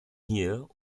hier